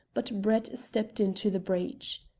but brett stepped into the breach.